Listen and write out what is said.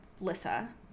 Lissa